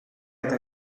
eta